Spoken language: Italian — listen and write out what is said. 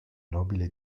nobile